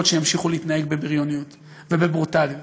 שימשיכו להתנהג בבריונות ובברוטליות.